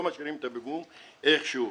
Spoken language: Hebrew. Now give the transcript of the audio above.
לא משאירים את הפיגום איך שהוא.